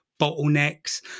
bottlenecks